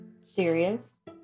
serious